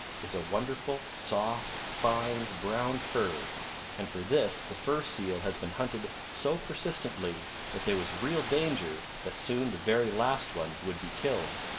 is a wonderful soft, fine, brown fur and for this the fur seal has been hunted so persistently that there was real danger that soon the very last one would be killed.